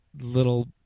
little